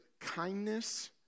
kindness